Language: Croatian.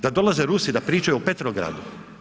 Da dolaze Rusi da pričaju o Petrogradu?